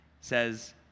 says